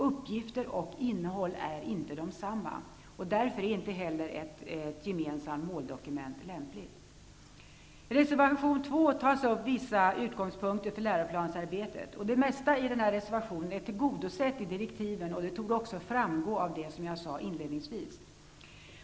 Det är inte samma uppgifter och innehåll. Därför är inte heller ett gemensamt måldokument lämpligt. I reservation 2 tas det upp vissa utgångspunkter för läroplansarbetet. Det mesta i reservationen är tillgodosett i direktiven, vilket också torde framgå av vad jag sade inledningsvis.